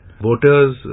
Voters